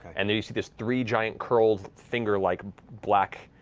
and you see there's three giant, curled finger-like black